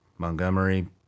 Montgomery